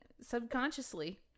subconsciously